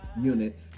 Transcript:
unit